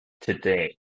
today